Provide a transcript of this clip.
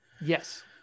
Yes